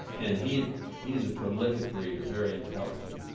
and he's he's a prolific reader, very intelligent.